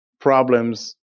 problems